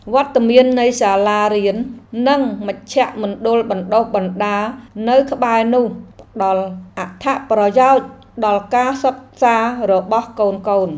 វត្តមាននៃសាលារៀន និងមជ្ឈមណ្ឌលបណ្តុះបណ្តាលនៅក្បែរនោះ ផ្តល់អត្ថប្រយោជន៍ដល់ការសិក្សារបស់កូនៗ។